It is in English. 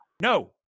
No